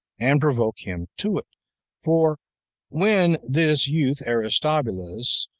and provoke him to it for when this youth aristobulus,